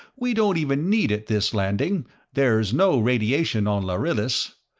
we don't even need it this landing there's no radiation on lharillis.